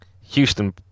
Houston